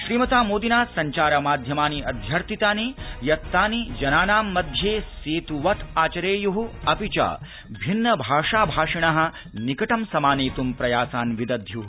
श्रीमता मोदिना संचार माध्यमानि अध्यर्थितानि यत्तानि जनानां मध्ये सेतुवत् आचरेयु अपि च भिन्न भाषा भाषिण निकटं समानेत् प्रयासान् विदध्यु